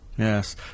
Yes